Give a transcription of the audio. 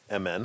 MN